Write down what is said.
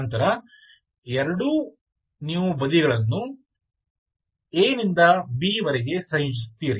ನಂತರ ನೀವು ಎರಡೂ ಬದಿಗಳನ್ನು a ನಿಂದ b ವರೆಗೆ ಸಂಯೋಜಿಸುತ್ತೀರಿ